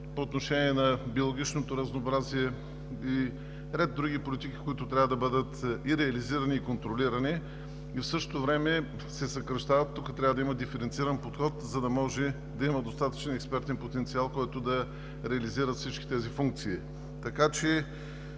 по отношение на биологичното разнообразие и ред други политики, които трябва да бъдат реализирани и контролирани. Виждаме пред какви кризи се изправяме. В същото време – съкращения. Тук трябва да има диференциран подход, за да може да има достатъчен експертен потенциал, който да реализира всички тези функции. Ние ще